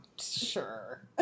Sure